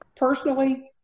Personally